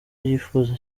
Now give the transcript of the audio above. yifuza